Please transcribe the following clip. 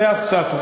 זה הסטטוס.